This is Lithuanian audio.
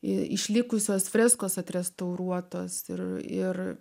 išlikusios freskos atrestauruotos ir ir